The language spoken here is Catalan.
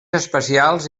especials